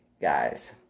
guys